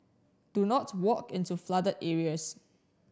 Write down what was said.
do not walk into flooded areas